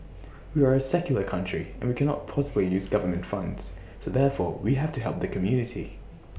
we are A secular country and we cannot possibly use government funds so therefore we have to help the community